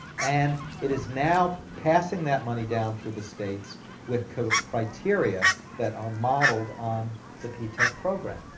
and it is now passing that money down through the states with criteria that are modeled on the p-tech program.